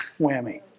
Whammy